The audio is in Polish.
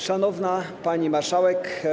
Szanowna Pani Marszałek!